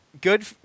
good